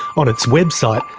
on its website,